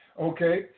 Okay